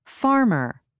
farmer